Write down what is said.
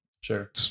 sure